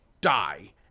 die